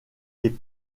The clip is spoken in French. les